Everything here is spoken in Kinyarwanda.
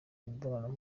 imibonano